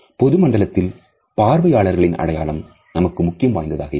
பொது மண்டலத்தில் பார்வையாளர்களின் அடையாளம் நமக்கு முக்கியம் வாய்ந்ததாக இல்லை